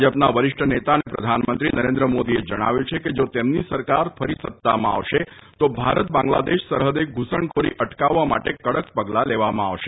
ભાજપના વરિષ્ઠ નેતા અને પ્રધાનમંત્રી નરેન્દ્ર મોદીએ જણાવ્યું છે કે જો તેમની સરકાર ફરી સત્તામાં આવશે તો ભારત બાંગ્લાદેશ સરહદે ઘૂસણખોરી અટકાવવા માટે કડક પગલા લેવામાં આવશે